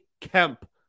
Kemp